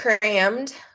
crammed